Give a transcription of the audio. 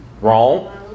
Wrong